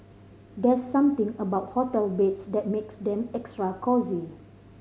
there's something about hotel beds that makes them extra cosy